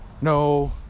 No